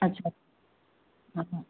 अच्छा हा